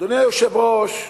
אדוני היושב-ראש,